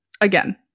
again